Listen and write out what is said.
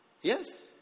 Yes